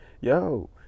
yo